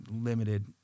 limited